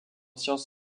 sciences